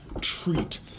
treat